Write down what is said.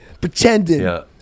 pretending